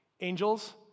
angels